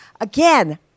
Again